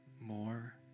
more